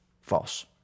false